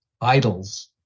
idols